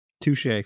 Touche